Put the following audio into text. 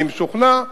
אני משוכנע,